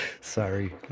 Sorry